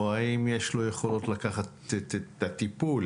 האם יש לו יכולות לקחת את הטיפול,